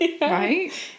Right